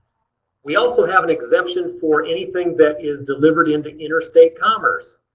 we also have an exemption for anything that is delivered into interstate commerce.